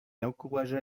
encouragea